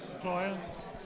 Clients